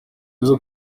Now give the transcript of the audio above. izo